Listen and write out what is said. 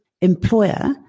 employer